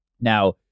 Now